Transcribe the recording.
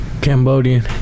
Cambodian